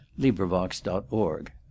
LibriVox.org